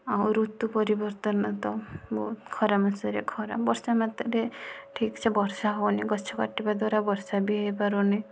ଆଉ ଋତୁ ପରିବର୍ତନ ତ ବହୁତ ଖରା ମାସରେ ଖରା ବର୍ଷା ମାସରେ ଠିକସେ ବର୍ଷା ହେଉନାହିଁ ଗଛ କଟିବା ଦ୍ୱାରା ବର୍ଷା ବି ହୋଇପାରୁନାହିଁ